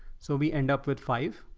so we end up with five.